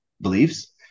beliefs